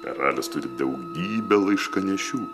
karalius turi daugybę laiškanešių